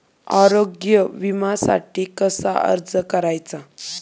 आरोग्य विम्यासाठी कसा अर्ज करायचा?